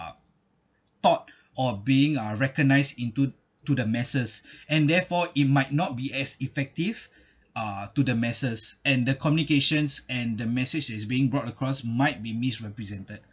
thought of being are recognised into to the masses and therefore it might not be as effective uh to the masses and the communications and the message is being brought across might be misrepresented